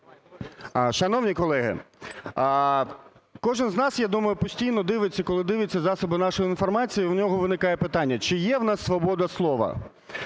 Шановні колеги, кожен з нас, я думаю, постійно дивиться, коли дивиться засоби нашої інформації і в нього виникає питання чи є в нас свобода слова?